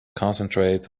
concentrate